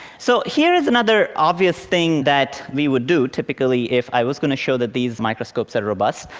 so here is another obvious thing that we would do, typically, if i was going to show that these microscopes are robust,